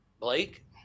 Blake